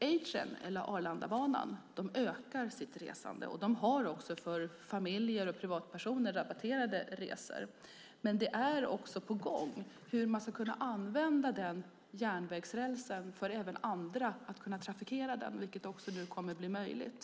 A-Train, eller Arlandabanan, ökar sitt resande. De har också rabatterade resor för familjer och privatpersoner. Det är även på gång hur andra ska kunna trafikera den järnvägsrälsen, vilket nu alltså kommer att bli möjligt.